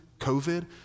COVID